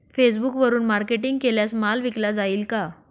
फेसबुकवरुन मार्केटिंग केल्यास माल विकला जाईल का?